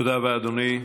תודה רבה, אדוני.